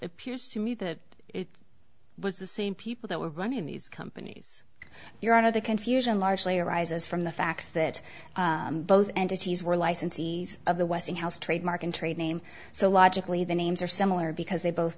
appears to me that it was the same people that were running these companies your out of the confusion largely arises from the fact that both entities were licensees of the westinghouse trademark and trade name so logically the names are similar because they both